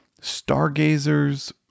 stargazers